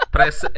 Press